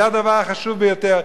זה הדבר החשוב ביותר.